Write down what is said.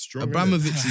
Abramovich